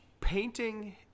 painting